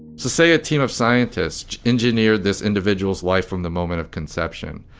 so say a team of scientists engineered this individual's life from the moment of conception.